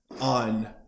on